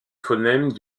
phonèmes